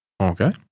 Okay